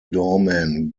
doorman